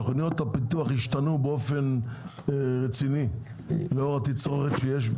תוכניות הפיתוח השתנו באופן רציני לאור התצרוכת שיש,